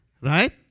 Right